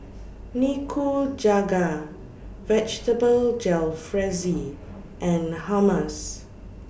Nikujaga Vegetable Jalfrezi and Hummus